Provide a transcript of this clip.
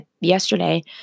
yesterday